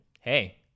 Hey